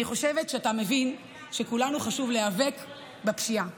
אני חושבת שאתה מבין שלכולנו חשוב להיאבק בפשיעה.